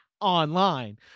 online